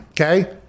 okay